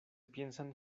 piensan